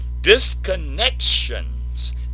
disconnections